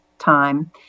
time